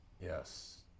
Yes